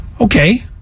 okay